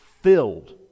filled